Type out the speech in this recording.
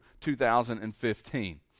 2015